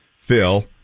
Phil